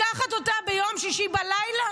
לקחת אותה ביום שישי בלילה